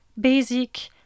basic